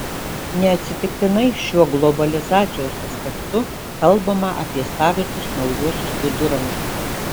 neatsitiktinai šiuo globalizacijos aspektu kalbama apie savitus naujuosius viduramžius